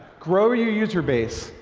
grow your user base,